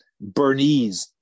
Bernese